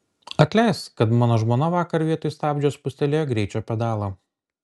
atleisk kad mano žmona vakar vietoj stabdžio spustelėjo greičio pedalą